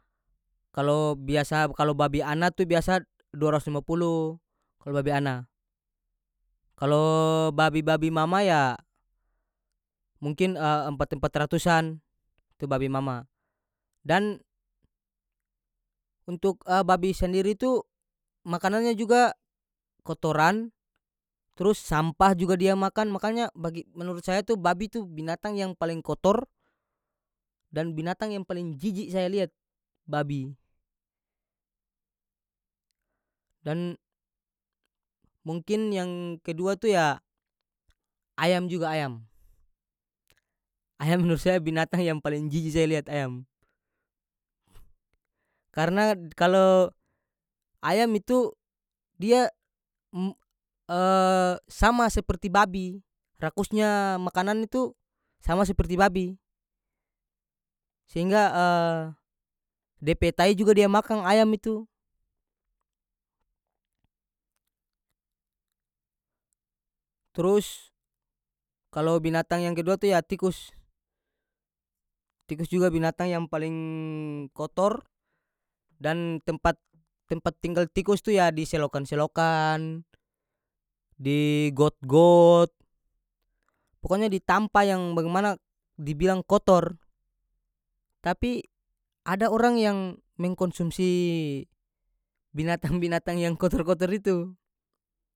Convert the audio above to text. Kalo biasa kalo babi ana tu biasa dua ratus lima pulu kalo babi ana kalo babi-babi mama ya mungkin empat-empat ratusan tu babi mama dan untuk babi sendiri tu makanannya juga kotoran trus sampah juga dia makan makanya bagi menurut saya tu binatang yang paleng kotor dan binatang yang paleng jiji saya liat babi dan mungkin yang kedua itu ya ayam juga ayam- ayam menurut saya binatang yang paling jiji saya liat ayam karena kalo ayam itu dia sama seperti babi rakusnya makanan itu sama seperti babi sehingga de pe tai juga dia makan ayam itu turus kalo binatang yang kedua itu ya tikus tikus juga binatang yang paleng kotor dan tempat- tempat tinggal tikus itu ya di selokan-selokan di got-got pokonya di tampa yang bagimana di bilang kotor tapi ada orang yang mengkonsumsi binatang-binatang yang kotor kotor itu.